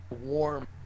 warm